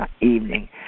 evening